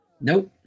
Nope